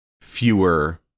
fewer